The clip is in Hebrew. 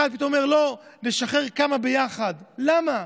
אחד פתאום אומר: לא, נשחרר כמה ביחד, למה?